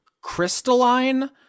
crystalline